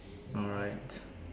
alright